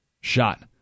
shot